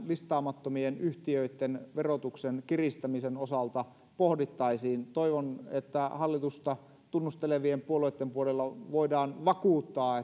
listaamattomien yhtiöitten verotuksen kiristämisen osalta pohdittaisiin toivon että hallitusta tunnustelevien puolueitten puolelta voidaan vakuuttaa